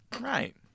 Right